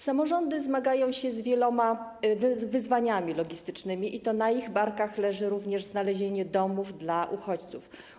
Samorządy zmagają się z wieloma wyzwaniami logistycznymi i to na ich barkach leży również znalezienie domów dla uchodźców.